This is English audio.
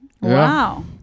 Wow